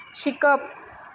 शिकप